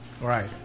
Right